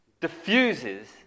Diffuses